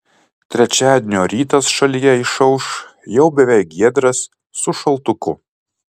trečiadienio rytas šalyje išauš jau beveik giedras su šaltuku